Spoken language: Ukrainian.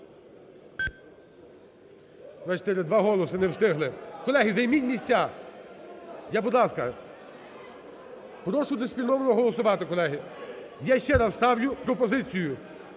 Два голоси, не встигли. Колеги, займіть місця. Будь ласка, прошу дисципліновано голосувати, колеги. Я ще раз ставлю пропозицію